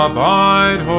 Abide